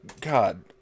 God